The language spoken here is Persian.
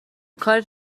کارت